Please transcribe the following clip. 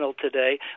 today